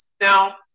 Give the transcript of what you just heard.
Now